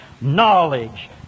knowledge